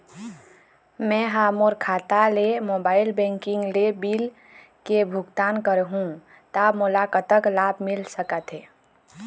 मैं हा मोर खाता ले मोबाइल बैंकिंग ले बिल के भुगतान करहूं ता मोला कतक लाभ मिल सका थे?